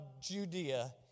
Judea